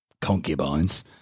concubines